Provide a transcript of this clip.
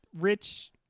rich